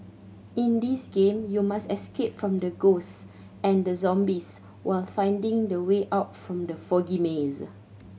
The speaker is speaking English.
in this game you must escape from the ghosts and the zombies while finding the way out from the foggy maze